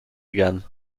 again